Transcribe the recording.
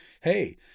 Hey